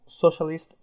socialist